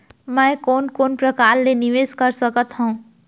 मैं कोन कोन प्रकार ले निवेश कर सकत हओं?